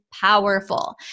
powerful